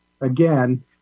Again